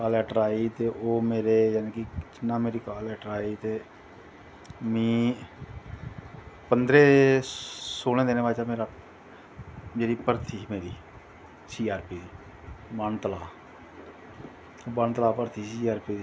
call letter आई ते जानि ना मेरी कॉल लैट्टर आई ते में पंदरें सोलें दिनें बास्ते मेरा भर्थी ही मेरी सी आर पी दी बन तलाऽ बन तलाऽ भर्ती ही सी आर पी दी